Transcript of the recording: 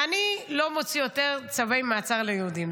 אני לא מוציא יותר צווי מעצר ליהודים.